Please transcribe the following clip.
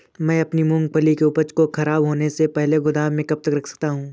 मैं अपनी मूँगफली की उपज को ख़राब होने से पहले गोदाम में कब तक रख सकता हूँ?